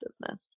business